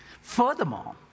Furthermore